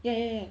ya ya ya